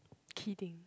kidding